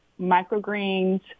microgreens